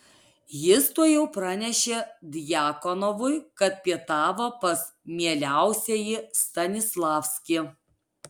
jis tuojau pranešė djakonovui kad pietavo pas mieliausiąjį stanislavskį